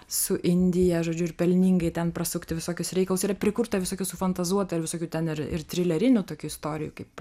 su indija žodžiu ir pelningai ten prasukti visokius reikalus yra prikurta visokių sufantazuota ir visokių ten ir ir trilerinių tokių istorijų kaip